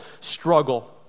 struggle